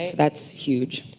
that's huge.